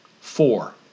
Four